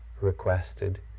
requested